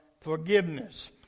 forgiveness